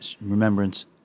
Remembrance